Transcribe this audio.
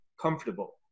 comfortable